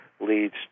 leads